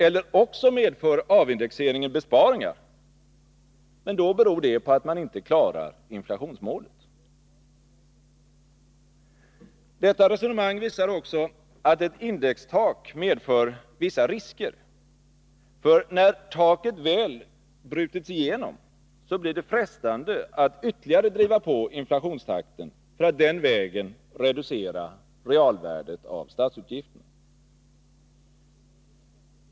Eller också medför avindexeringen besparingar — men då beror det på att man inte klarar inflationsmålet. Detta resonemang visar också att ett indextak medför vissa risker. När taket väl brutits igenom, blir det frestande att ytterligare driva på inflationstakten för att den vägen reducera realvärdet av statsutgifterna.